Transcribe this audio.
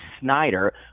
Snyder